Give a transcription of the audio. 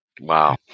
Wow